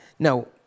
No